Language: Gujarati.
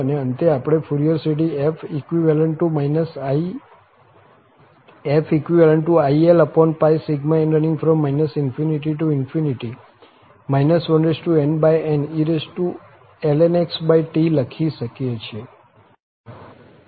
અને અંતે આપણે ફુરીયર શ્રેઢી fil∑n ∞ nnelnxT લખી શકીએ છીએ